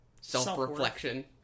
self-reflection